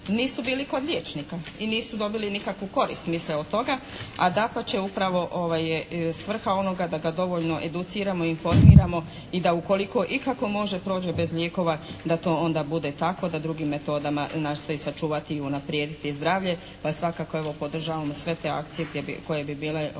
nisu bili kod liječnika i nisu dobili nikakvu korist misle od toga a dapače upravo je svrha onoga da ga dovoljno educiramo i informiramo i da ukoliko ikako može proći bez lijekova da to onda bude tako da drugim metodama nastoji sačuvati i unaprijediti zdravlje. Pa svakako evo podržavamo sve te akcije gdje bi, koje bi bile